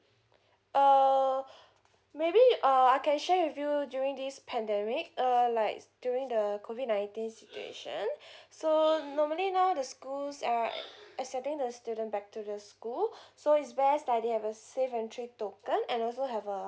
uh maybe uh I can share with you during this pandemic uh like during the COVID nineteen situation so normally now the schools are accepting the student back to the school so it's best that they have a safe entry token and also have uh